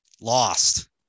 lost